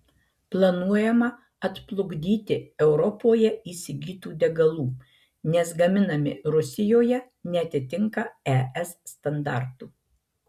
planuojama atplukdyti europoje įsigytų degalų nes gaminami rusijoje neatitinka es standartų